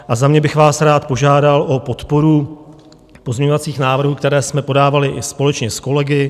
A za mě bych vás rád požádal o podporu pozměňovacích návrhů, které jsme podávali i společně s kolegy.